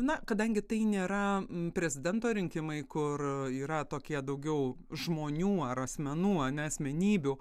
na kadangi tai nėra prezidento rinkimai kur yra tokie daugiau žmonių ar asmenų o ne asmenybių